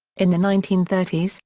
in the nineteen thirty s,